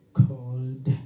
called